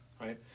right